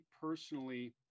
personally